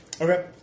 Okay